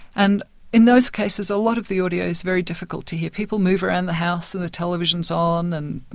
and in those cases a lot of the audio's very difficult to hear. people move around the house, and the television's on, and